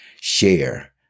share